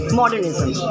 modernism